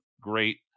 great